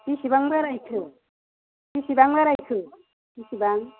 बेसेबां बारायखो बेसेबां बारायखो बेसेबां